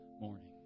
morning